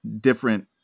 different